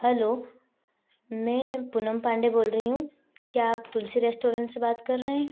hello मैं पूनम पांडे बोल रही हूँ क्या आप तुलसी रेस्टोरेंट से बात कर रहे हैं